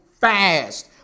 fast